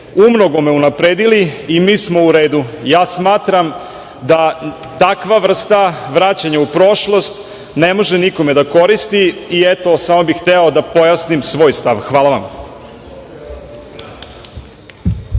mnogome unapredili i mi smo u redu. Smatram da takva vrsta vraćanja u prošlost ne može nikome da koristi. Samo bih hteo da pojasnim svoj stav. Hvala.